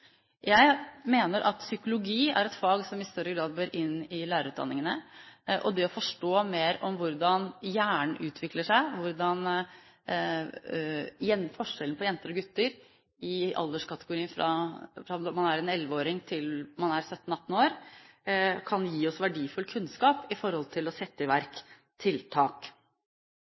Jeg mener at psykologi er et fag som i større grad bør inn i lærerutdanningene. Det å forstå mer av hvordan hjernen utvikler seg, hvordan forskjellen på jenter og gutter i alderskategorien fra man er en elleveåring, til man er en 17–18 år, kan gi oss verdifull kunnskap i forhold til å sette i verk tiltak.